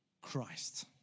Christ